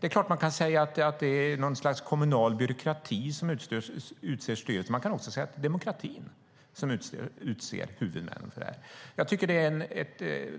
Det är klart att man kan säga att det är något slags kommunal byråkrati som utser styrelsen. Men man kan också säga att det är demokratin som utser huvudmännen. Jag tycker att det där är